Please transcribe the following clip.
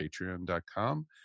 patreon.com